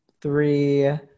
three